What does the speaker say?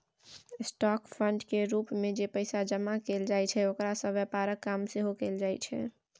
stock fund केर रूप मे जे पैसा जमा कएल जाइ छै ओकरा सँ व्यापारक काम सेहो कएल जाइ छै